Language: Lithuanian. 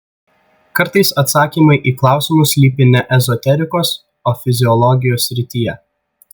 kartais atsakymai į klausimus slypi ne ezoterikos o fiziologijos srityje